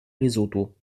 lesotho